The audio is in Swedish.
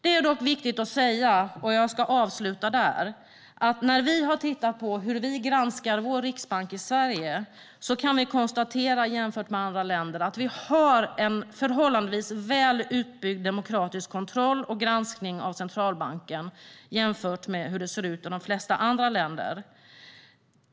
Det är dock viktigt att säga - och jag ska avsluta med detta - att när vi har tittat på hur vi granskar vår riksbank i Sverige kan vi i konstatera att vi har en förhållandevis väl utbyggd demokratisk kontroll och granskning av centralbanken jämfört med hur det ser ut i de flesta andra länder.